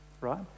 right